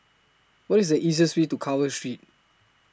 What IS The easiest Way to Carver Street